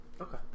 Okay